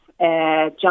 John